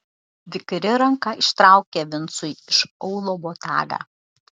vikri ranka ištraukė vincui iš aulo botagą